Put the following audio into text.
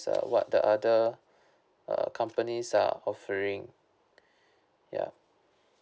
uh what the other uh companies are offering ya